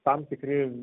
tam tikri